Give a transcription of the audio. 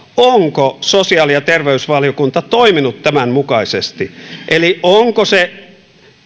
onko sosiaali ja terveysvaliokunta toiminut tämän mukaisesti eli onko se